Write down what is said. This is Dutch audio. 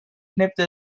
knipte